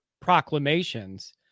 proclamations